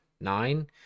nine